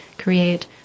create